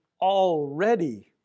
already